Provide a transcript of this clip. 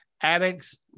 addicts